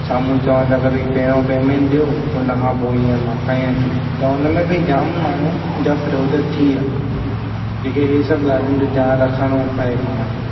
साम्हूं चवनि था की भई पहिरियों पेमेंट ॾियो उन खां पोइ ईअं मां कयां थो त उन में बि जाम माण्हू जा फ्रॉड थिया जेके इहे सभु ॻाल्हियुनि जा ध्यानु रखिणो पए पाण खे